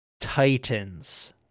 Titans